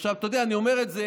עכשיו אתה יודע, אני אומר את זה